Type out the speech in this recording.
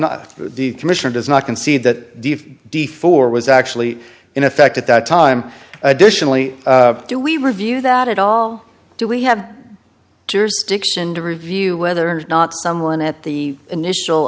not the commissioner does not concede that d four was actually in effect at that time additionally do we review that at all do we have jurisdiction to review whether or not someone at the initial